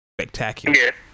Spectacular